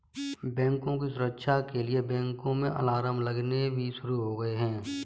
बैंकों की सुरक्षा के लिए बैंकों में अलार्म लगने भी शुरू हो गए हैं